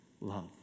love